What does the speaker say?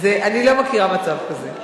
אני לא מכירה מצב כזה.